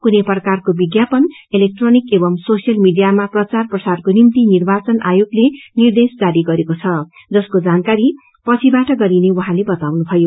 कुनै प्रकारको विज्ञापन इलेक्ट्रोनिक एंव सोसियल मिडियामा प्रचार प्रसारको निम्ति निर्वाचन आयोगले निर्देश जारी गरेको छ जसको जानकारी पछिबाट गरिने उहाँले बताउनुभयो